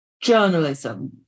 journalism